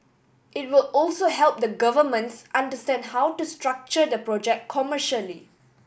it will also help the governments understand how to structure the project commercially